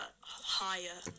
higher